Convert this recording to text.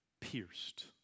Pierced